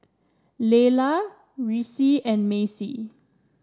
Lelah Reece and Maci